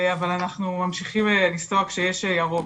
אבל אנחנו ממשיכים לנסוע כשיש ירוק.